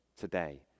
today